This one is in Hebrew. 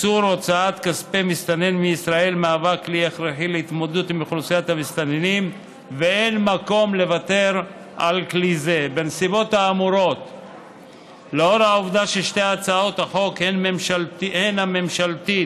1. לאחר הקריאה הטרומית תקודם הצעת החוק בכפוף להצעת חוק ממשלתית